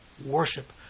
Worship